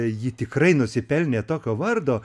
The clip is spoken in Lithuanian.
ji tikrai nusipelnė tokio vardo